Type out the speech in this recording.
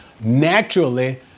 naturally